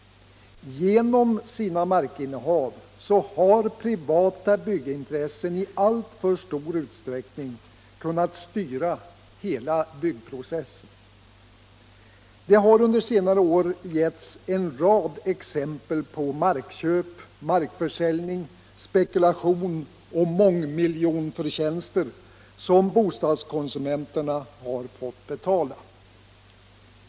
Genom sina markinnehav har privata byggintressen i alltför stor utsträckning kunnat styra hela byggprocessen. Det har under senare år givits en rad exempel på markköp, markförsäljning, spekulation och mångmiljonförtjänster som bostadskonsumenterna har fått betala.